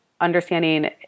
understanding